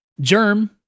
Germ